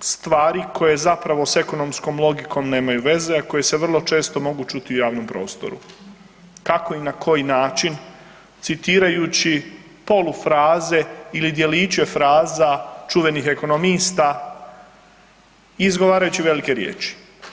stvari koje zapravo sa ekonomskom logikom nemaju veze, a koje se vrlo često mogu čuti u javnom prostoru, kako i na koji način citirajući polufraze ili djeliće fraza čuvenih ekonomista i izgovarajući velike riječi.